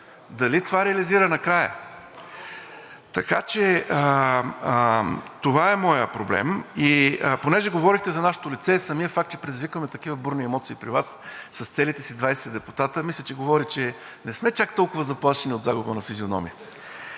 Дали това реализира накрая? Така че това е моят проблем. Понеже говорихте за нашето лице, самият факт, че предизвикваме такива бурни емоции при Вас с целите си 20 депутати, мисля, че говори, че не сме чак толкова заплашени от загуба на физиономия.